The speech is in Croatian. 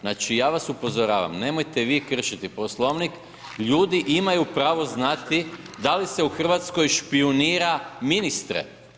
Znači ja vas upozoravam, nemojte vi kršiti Poslovnik, ljudi imaju pravo znati da li se u Hrvatskoj špijunira ministre.